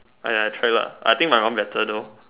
!aiya! try lah I think my one better though